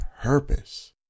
purpose